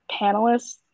panelists